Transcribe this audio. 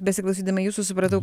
besiklausydama jūsų supratau